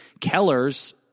Keller's